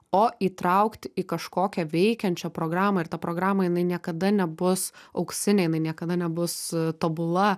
o įtraukti į kažkokią veikiančią programą ir ta programa jinai niekada nebus auksinė jinai niekada nebus tobula